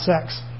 sex